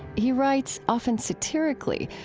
he writes, often satirically,